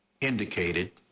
indicated